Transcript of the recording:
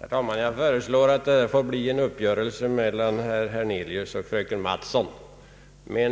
Herr talman! Jag föreslår att detta får bli en uppgörelse mellan herr Hernelius och fröken Mattson.